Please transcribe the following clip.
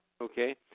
Okay